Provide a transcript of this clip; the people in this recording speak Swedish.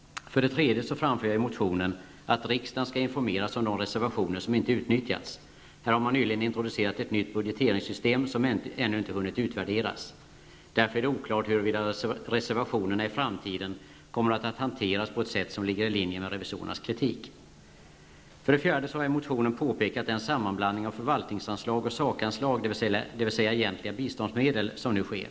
För det tredje framför jag i motionen att riksdagen skall informeras om de reservationer som inte utnyttjas. Här har man nyligen introducerat ett nytt budgeteringssystem, som ännu inte hunnit utvärderas. Därför är det oklart huruvida reservationerna i framtiden kommer att hanteras på ett sätt som ligger i linje med revisorernas kritik. För det fjärde har jag i motionen påpekat den sammanblandning av förvaltningsanslag och sakanslag, dvs. egentliga biståndsmedel, som nu sker.